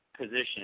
position